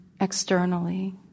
externally